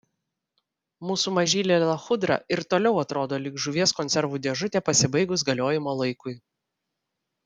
mūsų mažylė lachudra ir toliau atrodo lyg žuvies konservų dėžutė pasibaigus galiojimo laikui